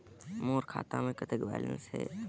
मोर खाता मे कतेक बैलेंस हे?